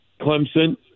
Clemson